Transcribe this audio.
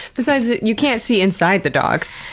besides, you can't see inside the dogs.